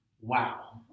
wow